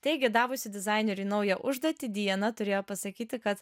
taigi davusi dizaineriui naują užduotį dieną turėjo pasakyti kad